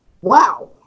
wow